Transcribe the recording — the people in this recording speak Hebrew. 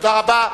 תודה רבה.